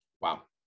wow